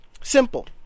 Simple